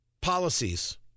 Policies